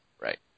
Right